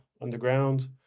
underground